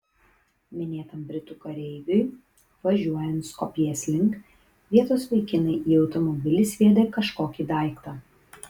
minėtam britų kareiviui važiuojant skopjės link vietos vaikinai į automobilį sviedė kažkokį daiktą